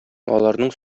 аларның